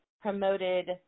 promoted